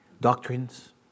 doctrines